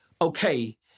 okay